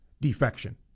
defection